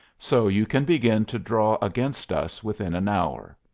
so you can begin to draw against us within an hour.